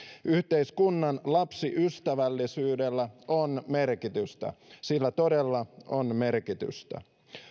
yhteiskunnan lapsiystävällisyydellä on merkitystä sillä todella on merkitystä